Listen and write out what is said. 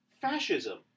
fascism